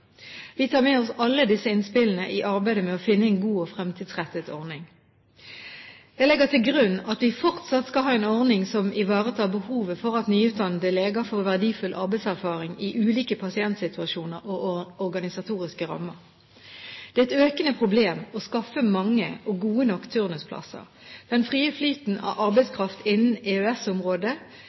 Vi tar med oss alle disse innspillene i arbeidet med å finne en god og fremtidsrettet ordning. Jeg legger til grunn at vi fortsatt skal ha en ordning som ivaretar behovet for at nyutdannede leger får verdifull arbeidserfaring i ulike pasientsituasjoner og organisatoriske rammer. Det er et økende problem å skaffe mange og gode nok turnusplasser. Den frie flyten av arbeidskraft innen